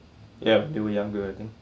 yup they were younger I think